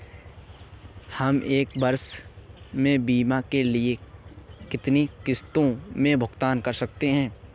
हम एक वर्ष में बीमा के लिए कितनी किश्तों में भुगतान कर सकते हैं?